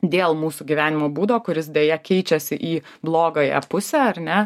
dėl mūsų gyvenimo būdo kuris deja keičiasi į blogąją pusę ar ne